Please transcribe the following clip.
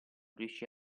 riuscì